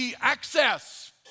access